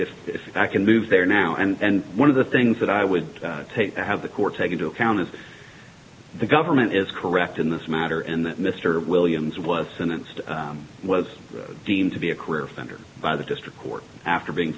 if i can move there now and one of the things that i would take to have the court take into account is the government is correct in this matter and that mr williams was sentenced was deemed to be a career offender by the district court after being